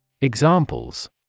Examples